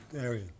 area